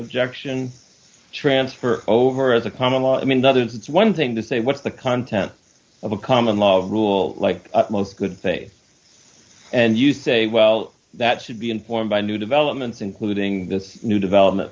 objection transfer over as a common law i mean others it's one thing to say what's the content of a common law rule like most good thing and you say well that should be informed by new developments including this new development